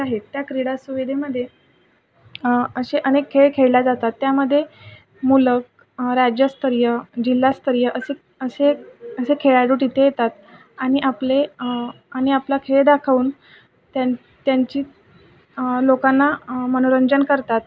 त्या क्रीडा सुविधेमध्ये असे अनेक खेळ खेळल्या जातात त्यामध्ये मुलं राज्यस्तरीय जिल्हास्तरीय असे असे असे खेळाडू तिथे येतात आणि आपले आणि आपला खेळ दाखवून त्यांची लोकांना मनोरंजन करतात